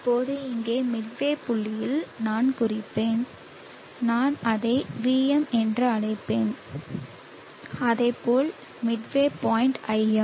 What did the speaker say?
இப்போது இங்கே மிட்வே புள்ளியில் நான் குறிப்பேன் நான் அதை Vm என்று அழைப்பேன் அதேபோல் மிட்வே பாயிண்ட் Im